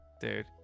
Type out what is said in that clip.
Dude